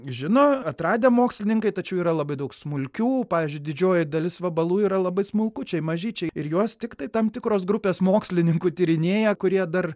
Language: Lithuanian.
žino atradę mokslininkai tačiau yra labai daug smulkių pavyzdžiui didžioji dalis vabalų yra labai smulkučiai mažyčiai ir juos tiktai tam tikros grupės mokslininkų tyrinėja kurie dar